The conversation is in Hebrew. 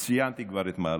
וציינתי כבר את מעלותיך.